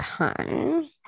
okay